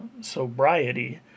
sobriety